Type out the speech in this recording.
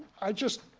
i just